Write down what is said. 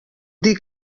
dir